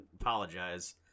Apologize